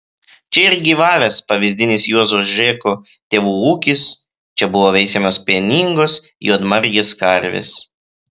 čia ir gyvavęs pavyzdinis juozo žėko tėvų ūkis čia buvo veisiamos pieningos juodmargės karvės